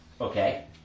Okay